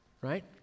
right